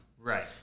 right